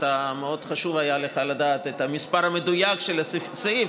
מאוד חשוב היה לך לדעת את המספר המדויק של הסעיף.